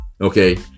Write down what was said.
Okay